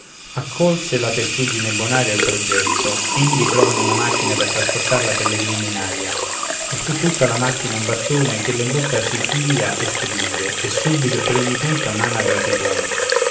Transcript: accolse la testuggine bonaria il progetto indi trovano una macchina per trasportar la pellegrina in aria e fu tutta la macchina un bastone ch'ella in bocca si piglia e stringe e subito per ogni punta un'anatra si pone